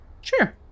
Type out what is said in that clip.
Sure